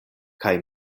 kaj